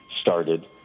started